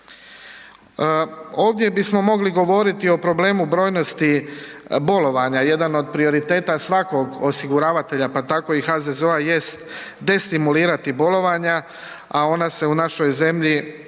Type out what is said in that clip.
Ovdje bismo mogli govoriti o problemu brojnosti bolovanja, jedan od prioriteta svakog osiguravatelja, pa tako i HZZO-a jest destimulirati bolovanja, a ona se u našoj zemlji